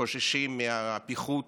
חוששים מהפיחות